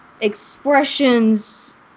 expressions